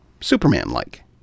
Superman-like